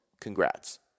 congrats